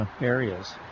areas